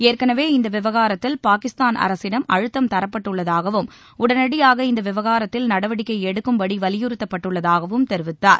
ஏற்கனவே இந்த விவகாரத்தில் பாகிஸ்தான் அரசிடம் அழுத்தம் தரப்பட்டுள்ளதாகவும் உடனடியாக இந்த விவகாரத்தில் நடவடிக்கை எடுக்கும் படி வலியுறுத்தப்பட்டுள்ளதாகவும் தெரிவித்துள்ளார்